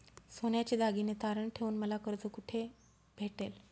सोन्याचे दागिने तारण ठेवून मला कर्ज कुठे भेटेल?